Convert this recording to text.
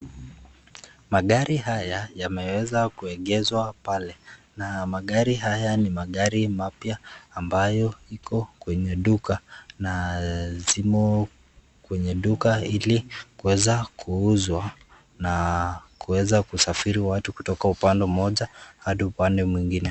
Magari haya yameweza kuegezwa pale na magari haya ni magari mapya ambayo iko kwenye duka na zimo kwenye duka ili kuweza kuuzwa na kuweza kusafirisha watu kutoka upande mmoja hadi upande mwingine.